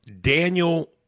Daniel